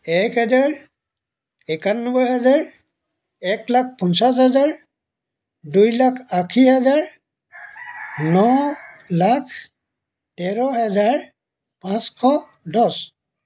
এক হেজাৰ একান্নব্বৈ হেজাৰ এক লাখ পঞ্চাছ হেজাৰ দুই লাখ আশী হেজাৰ ন লাখ তেৰ হাজাৰ পাঁচশ দহ